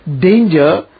danger